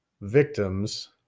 victims